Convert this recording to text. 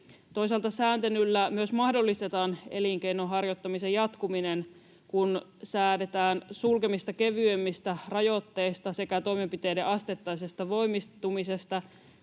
Toisaalta sääntelyllä myös mahdollistetaan elinkeinon harjoittamisen jatkuminen. Kun säädetään sulkemista kevyemmistä rajoitteista sekä toimenpiteiden asteittaisesta voimistumisesta